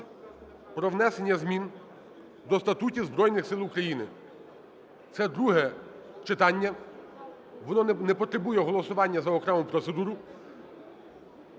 про внесення змін до статутів Збройних Сил України. Це друге читання, воно не потребує голосування за окрему процедуру,